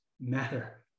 matter